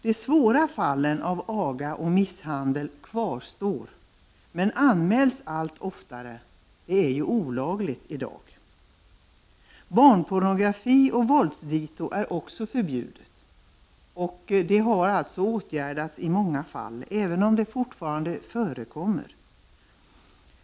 De svåra fallen av aga och misshandel kvarstår men anmäls allt oftare. Det är ju olagligt i dag. Barnpornografi och våldsdito är också förbjudna. Dessa har alltså åtgärdats i många fall, även om de fortfarande förekommer.